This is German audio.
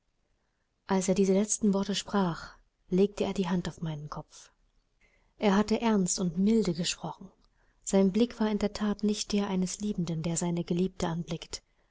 als er diese letzten worte sprach legte er die hand auf meinen kopf er hatte ernst und milde gesprochen sein blick war in der that nicht der eines liebenden der seine geliebte anblickt